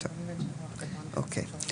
אוקיי.